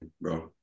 bro